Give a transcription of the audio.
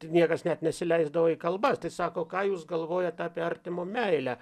niekas net nesileisdavo į kalbas tai sako ką jūs galvojat apie artimo meilę